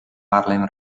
harlem